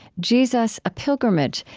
jesus a pilgrimage,